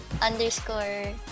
underscore